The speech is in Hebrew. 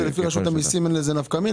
למרות שלפי רשות המיסים אין לזה נפקא מינה